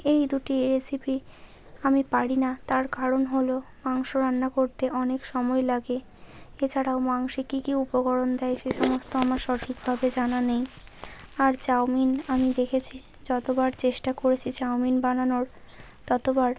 এই দুটি রেসিপি আমি পারি না তার কারণ হলো মাংস রান্না করতে অনেক সময় লাগে এছাড়াও মাংসে কী কী উপকরণ দেয় সে সমস্ত আমার সঠিকভাবে জানা নেই আর চাউমিন আমি দেখেছি যতোবার চেষ্টা করেছি চাউমিন বানানোর ততবার